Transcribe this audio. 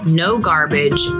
no-garbage